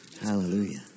hallelujah